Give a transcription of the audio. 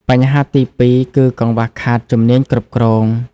បញ្ហាទីពីរគឺ កង្វះខាតជំនាញគ្រប់គ្រង។